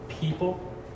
people